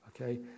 Okay